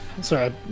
Sorry